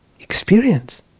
experience